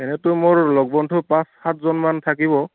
এনেইটো মোৰ লগ বন্ধু পাঁচ সাতজনমান থাকিব